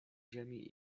ziemi